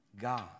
God